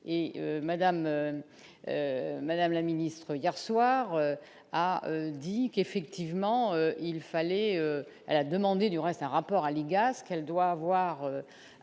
madame la ministre, hier soir, a dit qu'effectivement il fallait demander du reste un rapport à l'IGAS, qu'elle doit avoir,